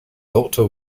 doctor